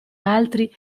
altri